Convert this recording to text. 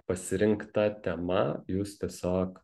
pasirinkta tema jūs tiesiog